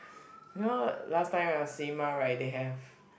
you know last time our cinema right they have